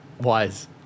Wise